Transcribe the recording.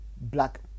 black